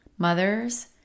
mothers